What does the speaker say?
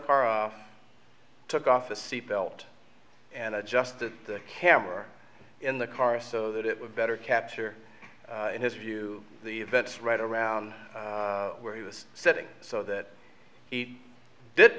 car took off a seatbelt and adjusted the camera in the car so that it would better capture in his view the events right around where he was sitting so that he did